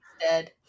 dead